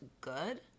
good